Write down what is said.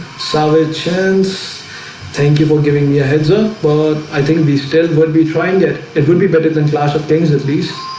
savage chance thank you for giving me a heads up. but i think these still would be trying it it would be better than clash of kings at least